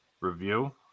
review